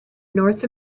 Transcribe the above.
north